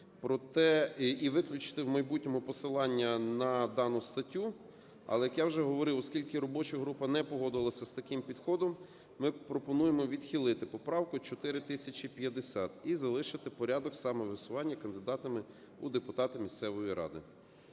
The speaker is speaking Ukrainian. і виключити в майбутньому посилання на дану статтю. Але, як я вже говорив, оскільки робоча група не погодилася з таким підходом, ми пропонуємо відхилити поправку 4050 і залишити порядок самовисування кандидатами у депутати місцевої ради.